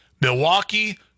Milwaukee